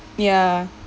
ya